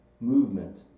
movement